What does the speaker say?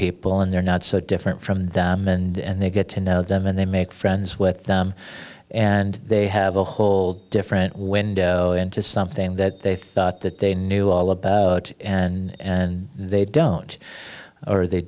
people and they're not so different from them and they get to know them and they make friends with them and they have a whole different window into something that they thought that they knew all about and they don't or they